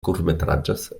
curtmetratges